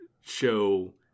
show